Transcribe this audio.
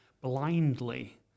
blindly